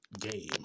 game